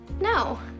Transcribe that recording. No